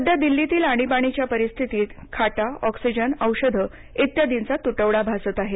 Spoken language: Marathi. सध्या दिल्लीतील आणीबाणीच्या परिस्थितीत खाटा ऑक्सिजन औषधं इत्यादीचा तुटवडा भासत आहे